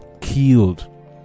killed